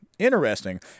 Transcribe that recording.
interesting